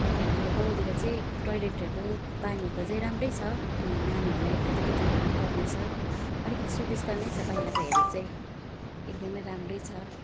आहिले हाम्रो गाउँतिर चाहिँ टोइलेटहेरूको पानीकोचाहिँ राम्रै छ किनभने नानीहरूलाई खाता किताबहरू पनि पाउँदैछ अलिकति सुबिस्ता नै छ पहिलाको हेरि चाहिँ एकदमै राम्रै छ